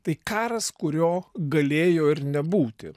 tai karas kurio galėjo ir nebūti